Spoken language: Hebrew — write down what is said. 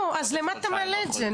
לא, אז למה אתה מעלה את זה?